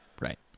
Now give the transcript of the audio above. Right